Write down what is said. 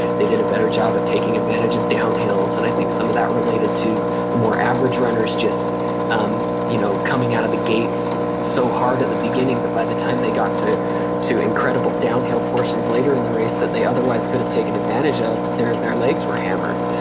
they did a better job of taking advantage of downhills. and i think some of that related to the more average runners just um you know coming out of the gates so hard at the beginning that by the time they got to to incredible downhill portions later in the race that they otherwise could've taken advantage of, their their legs were hammered.